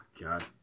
God